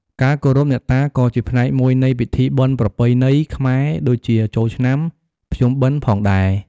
ការគោរពអ្នកតាក៏ជាផ្នែកមួយនៃពិធីបុណ្យប្រពៃណី ខ្មែរដូចជាចូលឆ្នាំ ភ្ជុំបិណ្ឌផងដែរ។